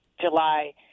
July